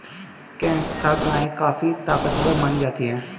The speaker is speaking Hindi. केंकथा गाय काफी ताकतवर मानी जाती है